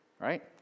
Right